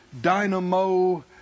dynamo